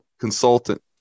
consultant